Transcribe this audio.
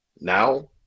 Now